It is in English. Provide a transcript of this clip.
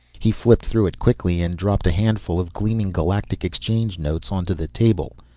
he flipped through it quickly and dropped a handful of gleaming galactic exchange notes onto the table.